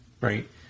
right